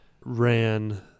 ran